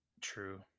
True